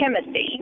Timothy